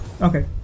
Okay